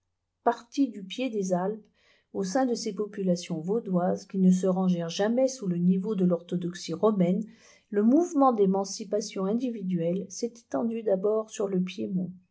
parti du pied des alpes du sein de ces populations vaudoises qui ne se rangèrent jamais sous le niveau de l'orthodoxie romaine le mouvement d'émancipation individuelle s'est étendu d'abord sur le piémont